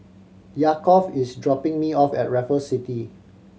Yaakov is dropping me off at Raffles City